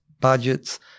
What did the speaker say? budgets